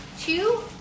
two